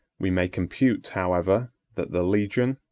we may compute, however, that the legion,